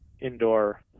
indoor